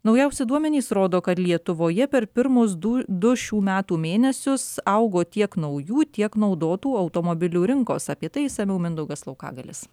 naujausi duomenys rodo kad lietuvoje per pirmus dū du šių metų mėnesius augo tiek naujų tiek naudotų automobilių rinkos apie tai išsamiau mindaugas laukagalis